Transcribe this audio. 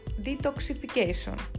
detoxification